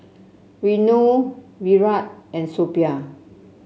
Renu Virat and Suppiah